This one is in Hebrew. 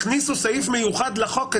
הכניסו סעיף מיוחד לחוק,